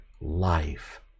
life